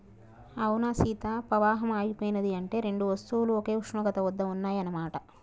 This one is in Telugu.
అవునా సీత పవాహం ఆగిపోయినది అంటే రెండు వస్తువులు ఒకే ఉష్ణోగ్రత వద్ద ఉన్నాయన్న మాట